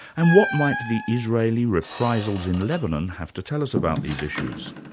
and what might the israeli reprisals in lebanon have to tell us about these issues?